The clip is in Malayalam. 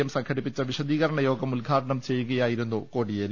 എം സംഘടിപ്പിച്ച വിശദീകരണ യോഗം ഉദ് ഘാടനം ചെയ്യുകയായിരുന്നു കോടിയേരി